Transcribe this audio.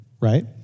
right